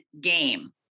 game